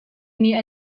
nih